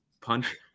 punch